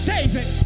David